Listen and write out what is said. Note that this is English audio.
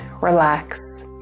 relax